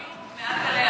על מה יתערב?